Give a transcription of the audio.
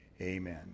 Amen